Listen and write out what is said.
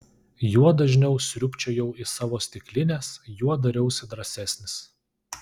juo dažniau sriubčiojau iš savo stiklinės juo dariausi drąsesnis